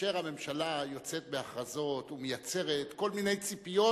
כאשר הממשלה יוצאת בהכרזות ומייצרת כל מיני ציפיות,